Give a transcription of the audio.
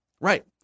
right